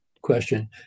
question